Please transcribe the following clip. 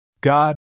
God